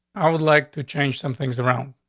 i would like to change some things around.